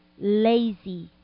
lazy